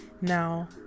now